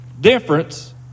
difference